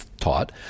taught